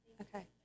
Okay